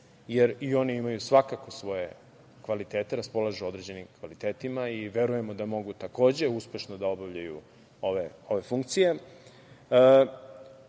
jer i oni imaju svakako svoje kandidate, raspolažu određenim kvalitetima i verujemo da mogu, takođe, uspešno da obavljaju ove funkcije.Među